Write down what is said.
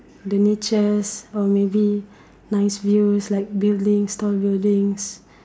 the natures or maybe nice views like buildings tall buildings